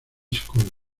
school